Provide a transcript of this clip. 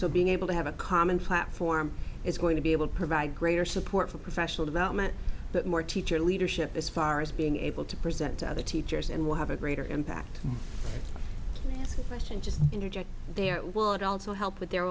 so being able to have a common platform is going to be able to provide greater support for professional development but more teacher leadership as far as being able to present to other teachers and will have a greater impact question just interject there would also help with their